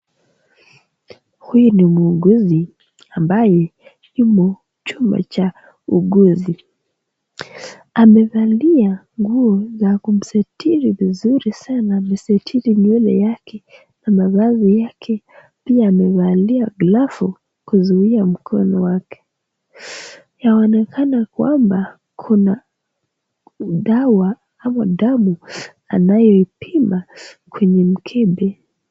Huyu ni muuguzi ambaye yumo chumba cha uuguzi, amevalia nguo za kumsetiri vizuri sana, amesetiri nywele yake na mavazi yake pia amevalia glavu kuzuia mkono wake. Yaonekana kwamba kuna dawa ama damu anayoipima kwenye mkebe.